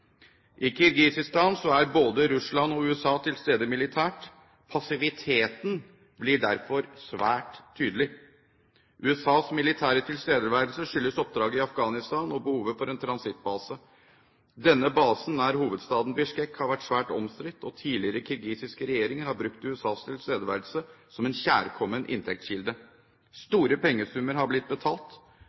I Kirgisistan er både Russland og USA til stede militært. Passiviteten blir derfor svært tydelig. USAs militære tilstedeværelse skyldes oppdraget i Afghanistan og behovet for en transittbase. Denne basen nær hovedstaden Bisjkek har vært svært omstridt, og tidligere kirgisiske regjeringer har brukt USAs tilstedeværelse som en kjærkommen inntektskilde. Store pengesummer har blitt betalt.